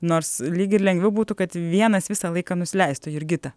nors lyg ir lengviau būtų kad vienas visą laiką nusileistų jurgita